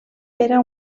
era